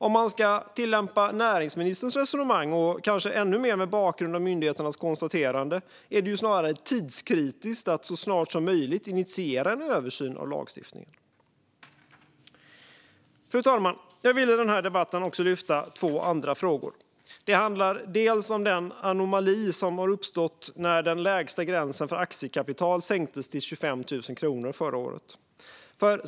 Om man ska tillämpa näringsministerns resonemang är det ju snarare tidskritiskt - kanske ännu mer mot bakgrund av myndigheternas konstaterande - att så snart som möjligt initiera en översyn av lagstiftningen. Fru talman! Jag vill i den här debatten också lyfta två andra frågor. Den ena frågan handlar om den anomali som har uppstått efter att den lägsta gränsen för aktiekapital sänktes till 25 000 kronor förra året.